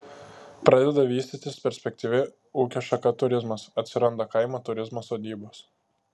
pradeda vystytis perspektyvi ūkio šaka turizmas atsiranda kaimo turizmo sodybos